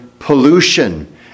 pollution